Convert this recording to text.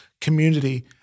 community